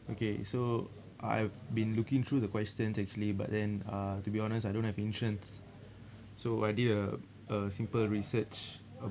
okay so I've been looking through the questionS actually but then uh to be honest I don't have insurance so I did a a simple research